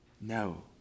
No